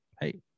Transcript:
Hey